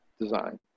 design